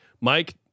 Mike